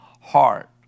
heart